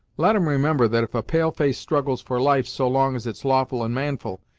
let em remember that if a pale-face struggles for life so long as it's lawful and manful,